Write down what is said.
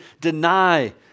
deny